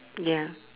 ya